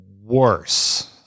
worse